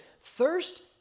Thirst